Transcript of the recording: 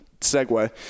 segue